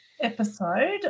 episode